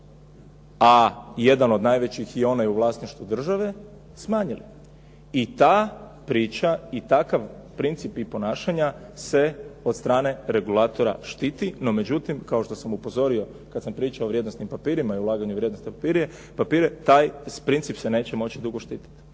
a jedan od najvećih je u vlasništvu države smanjili. I ta priča i takav princip i ponašanja se od strane regulatora štiti. No međutim, kao što sam upozorio kada sam pričao o vrijednosnim papirima i ulaganju u vrijednosne papire, taj princip se neće moći dugo štiti.